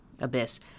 abyss